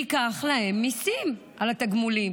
אנחנו ניקח להם מיסים על התגמולים.